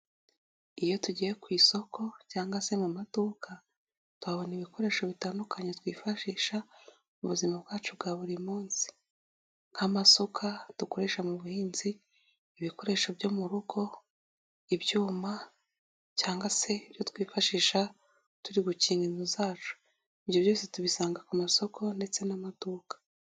Iyo tugiye ku isoko cyangwa se mu maduka tuhabona ibikoresho bitandukanye twifashisha mu buzima bwacu bwa buri munsi nk'amasuka dukoresha mu buhinzi, ibikoresho byo mu rugo, ibyuma cyangwa se ibyo twifashisha turi gukinga inzu zacu, ibyo byose tubisanga ku masoko ndetse n'amaduka.